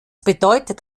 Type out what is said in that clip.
bedeutet